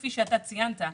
כפי שאתה ציינת,